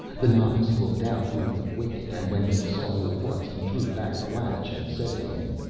the novice looked out through the wicket, and when he saw who it was, he drew back the latch and said to him,